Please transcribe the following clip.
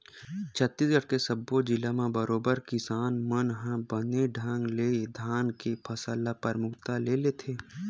छत्तीसगढ़ के सब्बो जिला म बरोबर किसान मन ह बने ढंग ले धान के फसल ल परमुखता ले लेथे